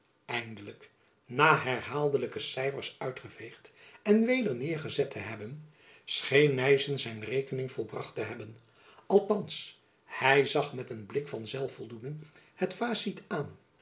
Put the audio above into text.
eindelijk na herhaaldelijk cyfers uitgeveegd en weder neêrgezet te hebben scheen nyssen zijn rekening volbracht te hebben althands hy zag met een blik van zelfvoldoening het facit aan